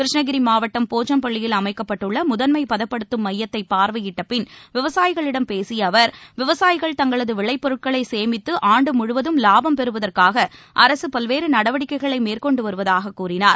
கிருஷ்ணகிரி மாவட்டம் போச்சம்பள்ளியில் அமைக்கப்பட்டுள்ள முதன்மை பதப்படுத்தும் மையத்தை பார்வையிட்ட பின் விவசாயிகளிடம் பேசிய அவர் விவசாயிகள் தங்களது விளைபொருட்களை சேமித்து ஆண்டு முழுவதும் வாடம் பெறுவதற்காக அரசு பல்வேறு நடவடிக்கைகளை மேற்கொண்டு வருவதாக கூறினார்